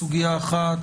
בסוגיה אחת,